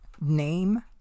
Name